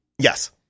Yes